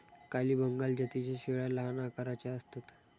काली बंगाल जातीच्या शेळ्या लहान आकाराच्या असतात